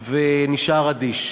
ונשאר אדיש.